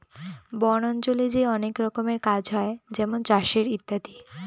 বন অঞ্চলে যে অনেক রকমের কাজ হয় যেমন চাষের ইত্যাদি